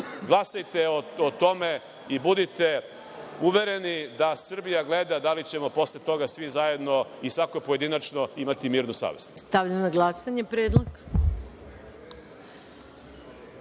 zaposli. Glasajte o tome i budite uvereni da Srbija gleda da li ćemo posle toga svi zajedno i svako pojedinačno imati mirnu savest.